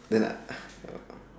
ya lah